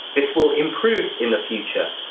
this will improve in the future.